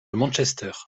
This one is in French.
manchester